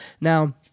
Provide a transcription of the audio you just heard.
Now